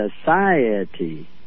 society